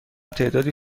تعدادی